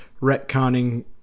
retconning